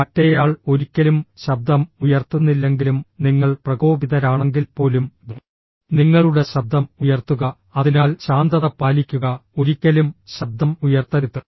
മറ്റേയാൾ ഒരിക്കലും ശബ്ദം ഉയർത്തുന്നില്ലെങ്കിലും നിങ്ങൾ പ്രകോപിതരാണെങ്കിൽപ്പോലും നിങ്ങളുടെ ശബ്ദം ഉയർത്തുക അതിനാൽ ശാന്തത പാലിക്കുക ഒരിക്കലും ശബ്ദം ഉയർത്തരുത്